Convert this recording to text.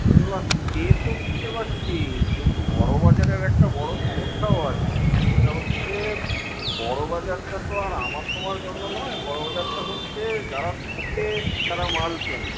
আরে বাবা সে তো বুঝতে পারছি কিন্তু বড় বাজারের একটা বড় সমস্যাও আছে সেটা হচ্ছে বড় বাজারটা তো আর আমার তোমার জন্য নয় বড় বাজারটা হচ্ছে যারা থোকে তারা মাল কেনে